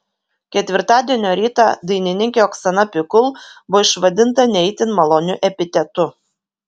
ketvirtadienio rytą dainininkė oksana pikul buvo išvadinta ne itin maloniu epitetu